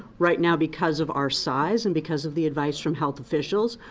right now because of our size, and because of the advice from health officials,